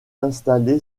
installé